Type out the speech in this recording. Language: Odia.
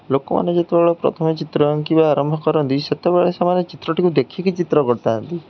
ଲୋକମାନେ ଯେତେବେଳେ ପ୍ରଥମେ ଚିତ୍ର ଆଙ୍କିବା ଆରମ୍ଭ କରନ୍ତି ସେତେବେଳେ ସେମାନେ ଚିତ୍ରଟିକୁ ଦେଖିକି ଚିତ୍ର କରିଥାନ୍ତି